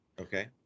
Okay